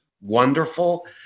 wonderful